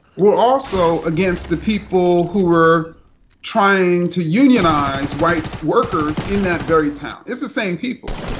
were also against the people who were trying to unionize white workers in that very town. it's the same people,